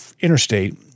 interstate